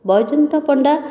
Baijayant Panda